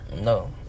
No